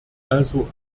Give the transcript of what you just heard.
also